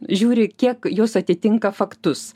žiūri kiek jos atitinka faktus